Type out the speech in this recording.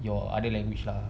your other language lah